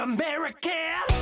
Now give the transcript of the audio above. American